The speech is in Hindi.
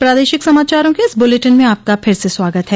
प्रादेशिक समाचारों के इस बुलेटिन में आपका फिर से स्वागत है